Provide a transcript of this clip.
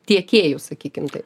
tiekėjų sakykim taip